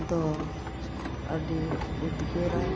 ᱫᱚ ᱟᱹᱰᱤ ᱩᱫᱽᱜᱟᱹᱨᱟ